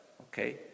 Okay